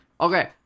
Okay